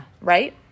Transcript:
right